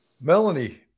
Melanie